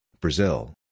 Brazil